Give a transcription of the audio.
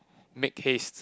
make haste